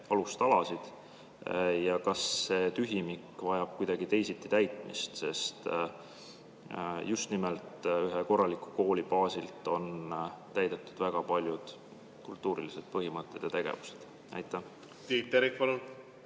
alustalasid? Kas see tühimik vajab kuidagi teisiti täitmist, sest just nimelt ühe korraliku kooli baasilt on täidetud väga paljud kultuurilised põhimõtted ja tegevused? Tiit Terik, palun!